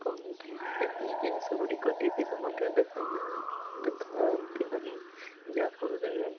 ଏବଂ ଏହି ଜିନିଷ ଗୁଡ଼ିକ ଟିଭିରେ ମଧ୍ୟ ଦେଖାନ୍ତି ନାହିଁ ଦେଖାନ୍ତି ନାହିଁ ଯାହାଫଳରେ